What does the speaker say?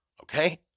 Okay